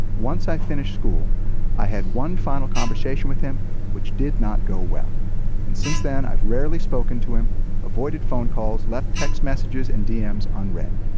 once i finished school i had one final conversation with him which did not go well and since then i've rarely spoken to him avoided phone calls left text messages and deems unread.